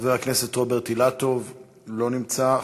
חבר הכנסת רוברט אילטוב, לא נמצא.